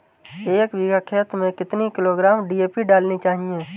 एक बीघा खेत में कितनी किलोग्राम डी.ए.पी डालनी चाहिए?